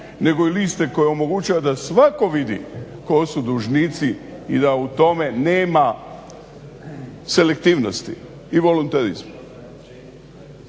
nego liste koje omogućuje da svatko vidi tko su dužnici i da u tome nema selektivnosti i volonterizma.